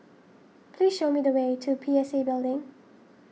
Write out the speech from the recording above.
please show me the way to P S A Building